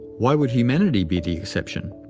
why would humanity be the exception?